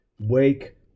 wake